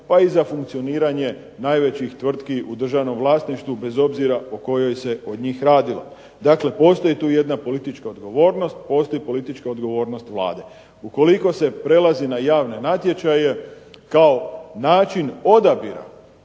pa i za funkcioniranje najvećih tvrtki u državnom vlasništvu bez obzira o kojoj se od njih radilo. Dakle, postoji tu jedna politička odgovornost, postoji politička odgovornost Vlade. Ukoliko se prelazi na javne natječaje kao način odabira